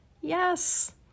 Yes